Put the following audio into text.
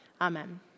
Amen